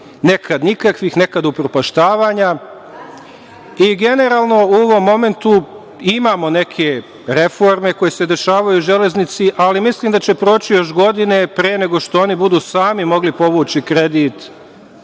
nekad nikakvih, nekad upropaštavanja. Generalno, u ovom momentu imamo neke reforme koje se dešavaju „Železnici“, ali mislim da će proći još godina pre nego što oni budu sami mogli povući kredit